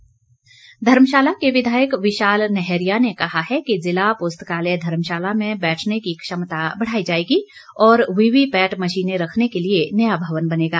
नैहरिया धर्मशाला के विधायक विशाल नैहरिया ने कहा है कि जिला पुस्तकालय धर्मशाला में बैठने की क्षमता बढ़ाई जाएगी और वीवीपैट मशीनें रखने के लिए नया भवन बनेगा